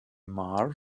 marr